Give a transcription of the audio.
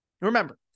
Remember